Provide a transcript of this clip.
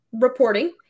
reporting